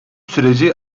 süreci